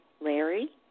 Larry